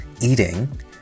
eating